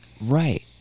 Right